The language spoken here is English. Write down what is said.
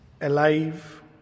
alive